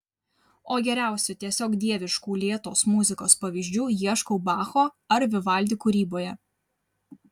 o geriausių tiesiog dieviškų lėtos muzikos pavyzdžių ieškau bacho ar vivaldi kūryboje